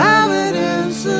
evidence